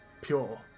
pure